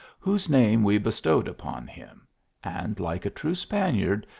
whose name we bestowed upon him and, like a true spaniard,